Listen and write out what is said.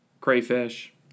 crayfish